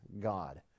God